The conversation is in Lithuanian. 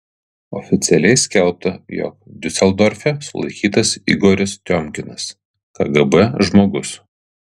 oficialiai skelbta jog diuseldorfe sulaikytas igoris tiomkinas kgb žmogus